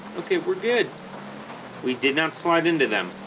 okay we're good we did not slide into them